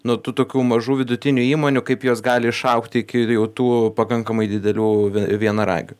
nu tų tokių mažų vidutinių įmonių kaip jos gali išaugti iki jau tų pakankamai didelių vienaragių